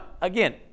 again